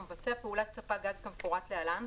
המבצע פעולת ספק גז כמפורט להלן,